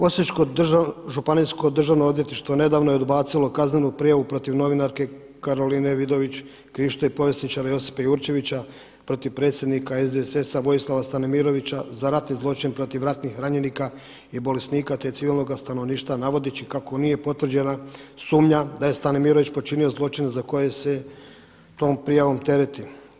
Osječko županijsko državno odvjetništvo nedavno je odbacilo kaznenu prijavu protiv novinarke Karoline Vidović Krišto i povjesničara Josipa Jurčevića protiv predsjednika SDSS-a Vojislva Stanimirovića za ratni zločin protiv ratnih ranjenika i bolesnika, te civilnog stanovništva navodeći kako nije potvrđena sumnja da je Stanimirović počinio zločin za koji se tom prijavom tereti.